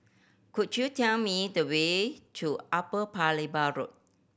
could you tell me the way to Upper Paya Lebar Road